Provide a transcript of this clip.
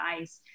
ice